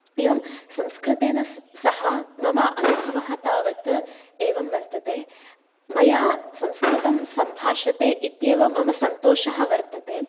एवं संस्कृतेन सह मम अनुभवः तावत् एवं वर्तते मया संस्कृतं सम्भाषते इति एव मम सन्तोषः वर्तते